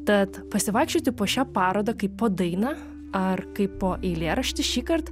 tad pasivaikščioti po šią parodą kaip po dainą ar kaip po eilėraštį šįkart